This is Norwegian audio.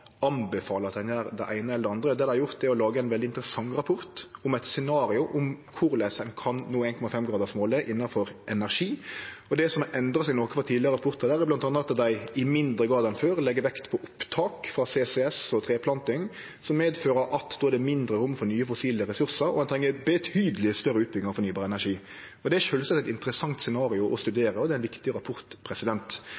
at ein gjer det eine eller det andre. Det dei har gjort, er å lage ein veldig interessant rapport med eit scenario for korleis ein kan nå 1,5-gradersmålet innanfor energi. Det som har endra seg noko frå tidlegare rapportar, er bl.a. at dei i mindre grad enn før legg vekt på opptak frå CCS og treplanting, noko som fører med seg at det er mindre rom for nye, fossile ressursar, og at ein treng betydeleg større utbygging av fornybar energi. Og det er sjølvsagt eit interessant scenario å